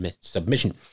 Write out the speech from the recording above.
submission